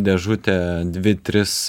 dėžutę dvi tris